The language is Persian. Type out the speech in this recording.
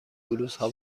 بلوزها